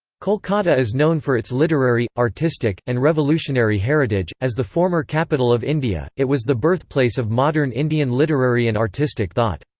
kolkata is known for its literary, artistic, and revolutionary heritage as the former capital of india, it was the birthplace of modern indian literary and artistic thought.